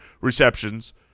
receptions